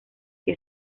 que